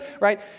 right